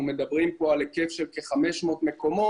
מדברים פה על היקף של כ-500 מקומות